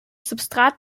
substrat